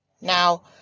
Now